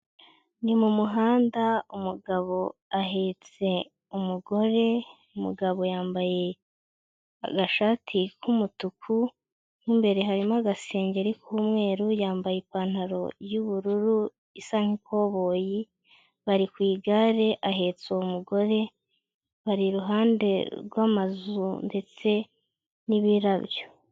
Ni mu muhanda umugabo ahetse umugore, umugabo yambaye agashati k'umutuku, n'imbere harimo agasengeri k'umweru, yambaye ipantaro y'ubururu, isa nk'ikoboyi, bari ku igare ahetse uwo mugore, bari iruhande rw'amazu ndetse n'ibirabyo.